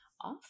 Off